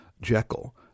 Jekyll